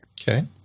Okay